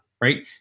right